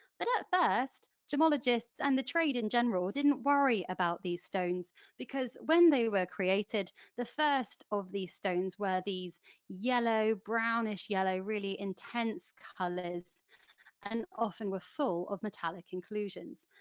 but at first, gemmologists, and the trade in general, didn't worry about these stones because when they were created the first of these stones were these yellow brownish yellow, really intense colours and often were full of metallic inclusions.